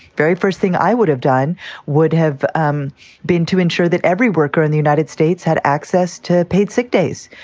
very first thing i would have done would have um been to ensure that every worker in the united states had access to paid sick days.